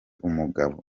umugabo